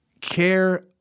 care